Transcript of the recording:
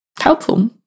helpful